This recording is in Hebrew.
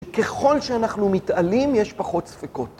ככל שאנחנו מתעלים, יש פחות ספקות.